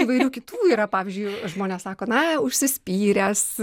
įvairių kitų yra pavyzdžiui žmonės sako na užsispyręs